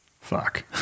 fuck